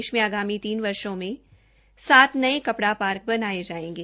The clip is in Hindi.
देश में आगामी तीन वर्षो में सात नये कपड़ा पार्क बनाये जायेंगे